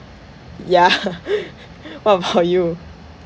yeah what about you